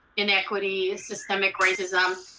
inequity, systemic racism.